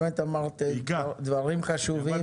באמת אמרת דברים חשובים.